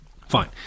fine